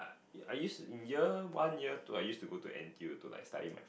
I used year one year two I used to go to N_T_U to like study my